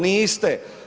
Niste.